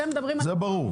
זה ברור.